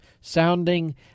sounding